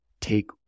take